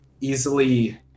easily